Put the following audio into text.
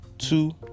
Two